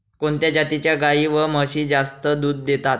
कोणत्या जातीच्या गाई व म्हशी जास्त दूध देतात?